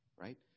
right